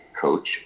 Coach